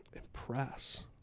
Impress